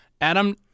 Adam